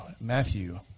Matthew